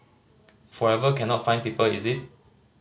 forever cannot find people is it